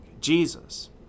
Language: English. Jesus